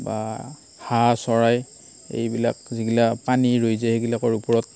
বা হাঁহ চৰাই এইবিলাক যিগিলা পানী ৰৈ যায় সেইগিলাকৰ ওপৰত